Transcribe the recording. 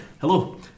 Hello